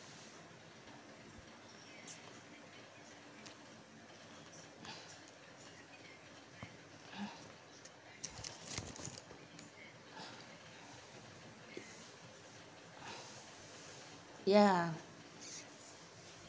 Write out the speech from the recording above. ya